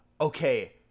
okay